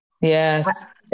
Yes